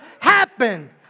happen